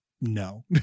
no